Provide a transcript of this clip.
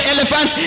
Elephant